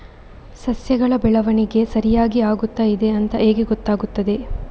ಸಸ್ಯಗಳ ಬೆಳವಣಿಗೆ ಸರಿಯಾಗಿ ಆಗುತ್ತಾ ಇದೆ ಅಂತ ಹೇಗೆ ಗೊತ್ತಾಗುತ್ತದೆ?